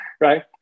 right